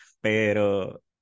Pero